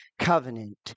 covenant